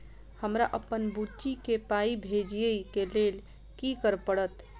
हमरा अप्पन बुची केँ पाई भेजइ केँ लेल की करऽ पड़त?